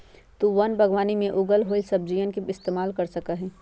तु वन बागवानी में उगल होईल फलसब्जियन के इस्तेमाल कर सका हीं